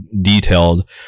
detailed